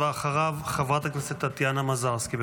אחריו, חברת הכנסת טטיאנה מזרסקי.